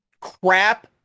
crap